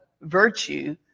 virtue